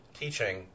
teaching